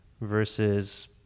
versus